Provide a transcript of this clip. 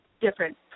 different